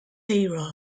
zero